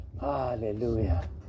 Hallelujah